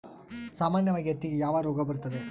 ಸಾಮಾನ್ಯವಾಗಿ ಹತ್ತಿಗೆ ಯಾವ ರೋಗ ಬರುತ್ತದೆ?